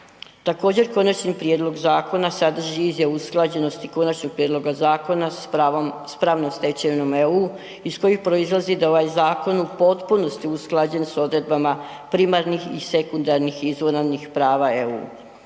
Također, konačni prijedlog zakona sadrži izjavu usklađenosti konačnog prijedloga zakona s pravnom stečevinom EU iz koje proizlazi da ovaj zakon u potpunosti usklađen s odredbama primarnih i sekundarnih .../Govornik se